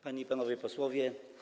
Panie i Panowie Posłowie!